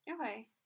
Okay